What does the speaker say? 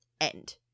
End